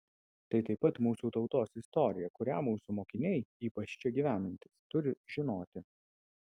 tai taip pat mūsų tautos istorija kurią mūsų mokiniai ypač čia gyvenantys turi žinoti